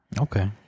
Okay